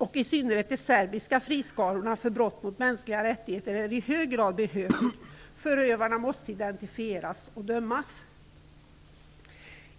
och i synnerhet de serbiska friskarorna för brott mot mänskliga rättigheter är i hög grad behövlig. Förövarna måste identifieras och dömas.